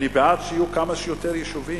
אני בעד שיהיו כמה שיותר יישובים,